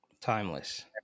Timeless